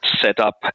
setup